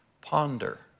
ponder